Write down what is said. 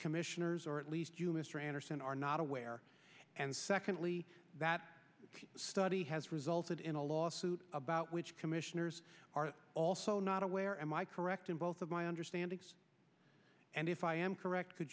commissioners or at least you mr anderson are not aware and secondly that study has resulted in a lawsuit about which commissioners are also not aware am i correct in both of my understanding and if i am correct could